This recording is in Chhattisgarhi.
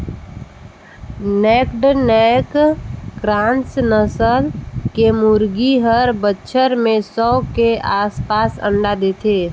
नैक्ड नैक क्रॉस नसल के मुरगी हर बच्छर में सौ के आसपास अंडा देथे